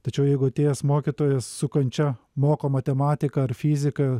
tačiau jeigu atėjęs mokytojas su kančia moko matematiką ir fiziką